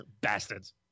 Bastards